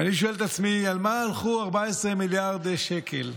ואני שואל את עצמי על מה הלכו 14 מיליארד שקל.